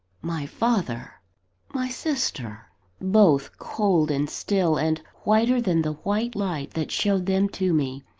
my father my sister both cold and still, and whiter than the white light that showed them to me.